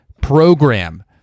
program